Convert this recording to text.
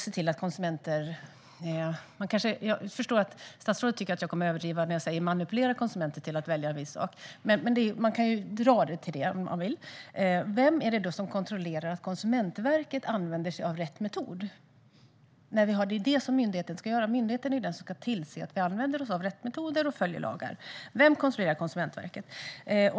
Jag förstår att statsrådet tycker att jag kommer att överdriva när jag säger att det är att manipulera konsumenten till att välja en viss sak. Man kan dra det till det om man vill. Vem är det då som kontrollerar att Konsumentverket använder sig av rätt metod? Myndigheten är den som ska tillse att vi använder oss av rätt metoder och följer lagar. Vem kontrollerar Konsumentverket?